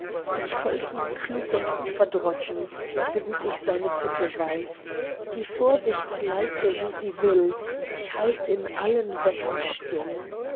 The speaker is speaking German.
ich folg ihm klug und unverdrossen so gut ich seine tücke weiß die vorsicht leite wie sie will ich halt in allen wettern still